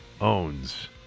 owns